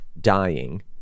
dying